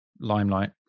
limelight